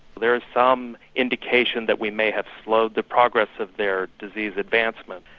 there is some indication that we may have slowed the progress of their disease advancement,